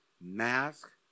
mask